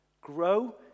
Grow